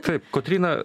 kaip kotryna